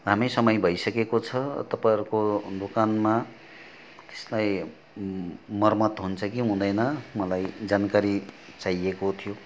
लामै समय भइसकेको छ तपाईँहरूको दोकानमा त्यसलाई मर्मत हुन्छ कि हुँदैन मलाई जानकारी चाहिएको थियो